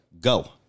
go